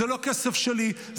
זה לא כסף שלי,